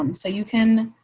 um so you can